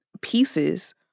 pieces